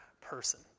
person